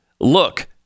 look